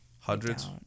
Hundreds